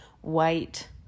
white